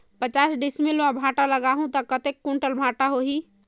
पचास डिसमिल मां भांटा लगाहूं ता कतेक कुंटल भांटा होही?